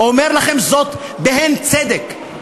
אומר לכם זאת בהן צדק,